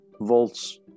volts